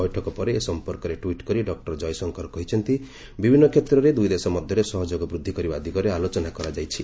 ବୈଠକ ପରେ ଏ ସଂପର୍କରେ ଟ୍ପିଟ୍ କରି ଡକ୍ଟର ଜୟଶଙ୍କର କହିଛନ୍ତି ବିଭିନ୍ନ କ୍ଷେତ୍ରରେ ଦୁଇଦେଶ ମଧ୍ୟରେ ସହଯୋଗ ବୃଦ୍ଧି କରିବା ଦିଗରେ ଆଲୋଚନା କରାଯାଇଛି